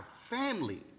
family